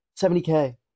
70K